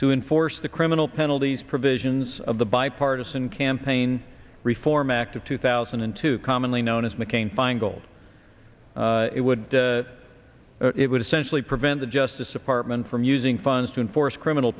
to enforce the criminal penalties provisions of the bipartisan campaign reform act of two thousand and two commonly known as mccain feingold it would it would essentially prevent the justice department from using funds to enforce criminal